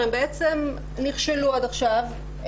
הם נכשלו עד עכשיו,